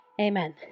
amen